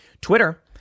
Twitter